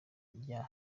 rya